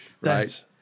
Right